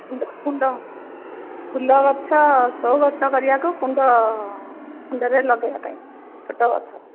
କୁଣ୍ଡ ଫୁଲ ଗଛ ଶୋ ଗଛ କରିବାକୁ କୁଣ୍ଡ କୁଣ୍ଡରେ ଲଗାଇବା ପାଇଁ ଛୋଟ ଗଛ